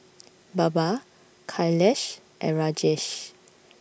Baba Kailash and Rajesh